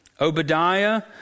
Obadiah